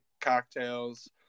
cocktails